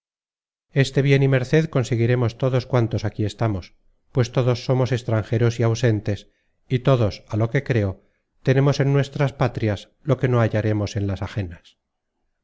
este bien y merced conseguiremos todos cuantos aquí estamos pues todos somos extranjeros y ausentes y todos á lo que creo tenemos en nuestras patrias lo que no hallaremos en las ajenas